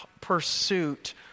pursuit